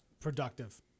productive